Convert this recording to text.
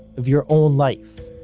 of your own life.